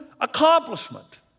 accomplishment